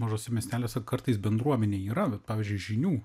mažuose miesteliuose kartais bendruomenė yra pavyzdžiui žinių